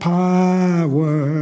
power